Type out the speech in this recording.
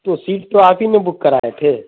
تو سیٹ تو آپ ہی نا بک کرائے تھے